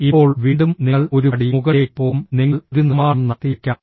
ഇപ്പോൾ വീണ്ടും നിങ്ങൾ ഒരു പടി മുകളിലേക്ക് പോകും നിങ്ങൾ ഒരു നിർമ്മാണം നടത്തിയേക്കാം